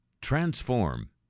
Transform